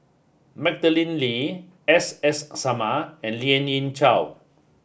Madeleine Lee S S Sarma and Lien Ying Chow